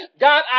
God